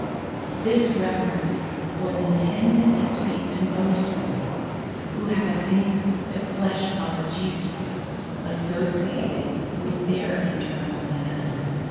this reference was intended to speak to most women who have a pink to flesh-colored g-spot associated with their internal anatomy.